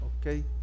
Okay